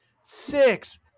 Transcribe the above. six